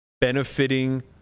benefiting